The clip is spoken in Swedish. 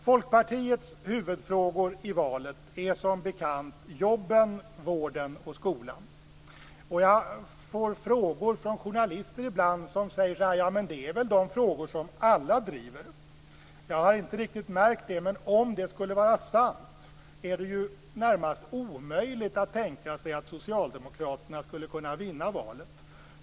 Folkpartiets huvudfrågor i valet är som bekant jobben, vården och skolan. Jag får ibland frågor från journalister som säger: Det är väl de frågor som alla driver? Jag har inte riktigt märkt det, men om det skulle vara sant är det ju närmast omöjligt att tänka sig att socialdemokraterna skulle kunna vinna valet.